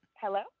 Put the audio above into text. Hello